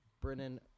Brennan